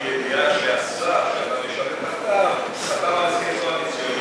מהדוכן בידיעה שהשר שאתה משרת תחתיו חתם על הסכם קואליציוני,